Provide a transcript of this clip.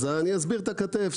אז אני אסביר את הכתף.